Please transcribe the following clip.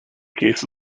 case